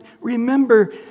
remember